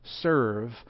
serve